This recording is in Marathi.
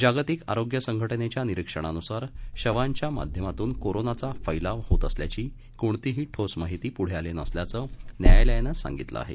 जागतिक आरोग्य संघटनेच्या निरीक्षणानुसार शवांच्या माध्यमातून कोरोनाचा फैलाव होत असल्याची कोणतीही ठोस माहिती पुढे आले नसल्याच न्यायालयानं सांगितलं आहे